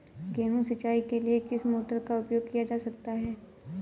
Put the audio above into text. गेहूँ सिंचाई के लिए किस मोटर का उपयोग किया जा सकता है?